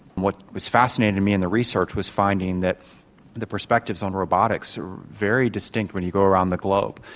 what was fascinating to me in the research was finding that the perspectives on robotics are very distinct when you go around the globe.